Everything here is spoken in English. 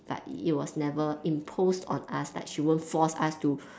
but it it was never imposed on us like she won't force us to